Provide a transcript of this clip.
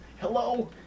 Hello